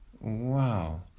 Wow